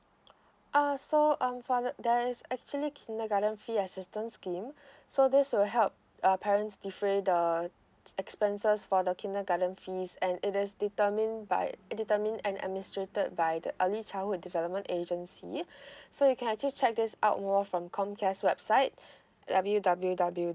uh so um for the there is actually kindergarten fee assistance scheme so this will help uh parents defray the expenses for the kindergarten fees and it is determined by it determined and administrated by the early childhood development agency so you can actually check this out more from comcare website W W W